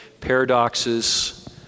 paradoxes